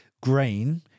grain